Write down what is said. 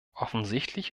offensichtlich